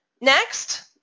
Next